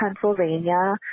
Pennsylvania